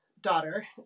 daughter